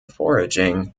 foraging